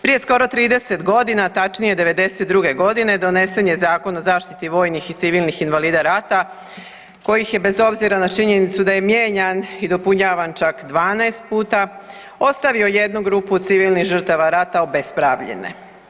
Prije skoro 30 godina, tačnije '92. godine donesen je Zakon o zaštiti vojnih i civilnih invalida rata kojih je bez obzira na činjenicu da je mijenjan i dopunjavan čak 12 puta ostavio jednu grupu civilnih žrtava rata obespravljene.